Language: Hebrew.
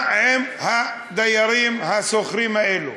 מה עם הדיירים השוכרים האלה?